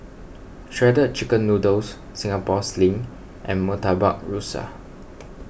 Shredded Chicken Noodles Singapore Sling and Murtabak Rusa